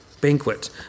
banquet